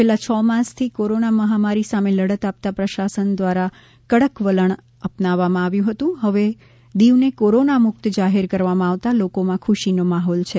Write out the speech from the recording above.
છેલ્લાં છ માસથી કોરોના મહામારી સામે લડત આપતા પ્રશાસન દ્વારા કડક વલણ અપનાવવામાં આવ્યું હતું ત્યારે હવે દીવને કોરોના મુક્ત જાહેર કરવામાં આવતાં લોકોમાં ખુશીનો માહોલ છે